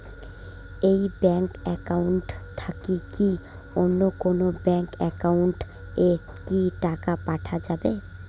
এই bank account থাকি কি অন্য কোনো ব্যাংক একাউন্ট এ কি টাকা পাঠা যাবে?